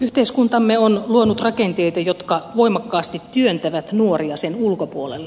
yhteiskuntamme on luonut rakenteita jotka voimakkaasti työntävät nuoria sen ulkopuolelle